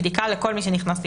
בדיקה לכל מי שנכנס לישראל.